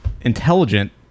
intelligent